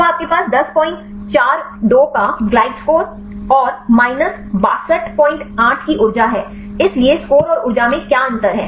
तो आपके पास 1042 का ग्लाइड स्कोर और माइनस 628 की ऊर्जा है इसलिए स्कोर और ऊर्जा में क्या अंतर है